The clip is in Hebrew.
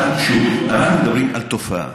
אנחנו שוב, אנחנו מדברים על תופעה.